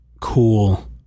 cool